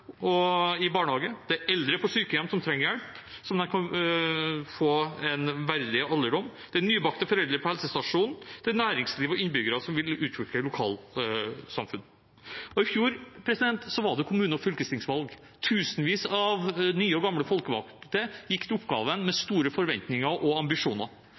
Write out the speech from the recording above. barnehage, det er eldre på sykehjem som trenger hjelp slik at de kan få en verdig alderdom, det er nybakte foreldre på helsestasjonen og det er næringsliv og innbyggere som vil utvikle lokalsamfunn. I fjor var det kommune- og fylkestingsvalg. Tusenvis av nye og gamle folkevalgte gikk til oppgaven med store forventninger og ambisjoner.